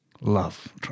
love